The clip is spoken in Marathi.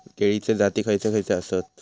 केळीचे जाती खयचे खयचे आसत?